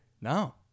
No